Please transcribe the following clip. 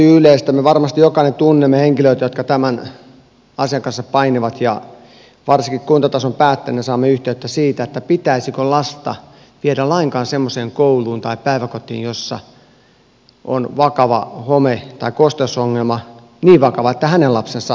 me varmasti jokainen tunnemme henkilöitä jotka tämän asian kanssa painivat ja varsinkin kuntatason päättäjinä saamme yhteyttä siitä pitäisikö lasta viedä lainkaan semmoiseen kouluun tai päiväkotiin jossa on vakava home tai kosteusongelma niin vakava että hänen lapsensa oireilee ja sairastuu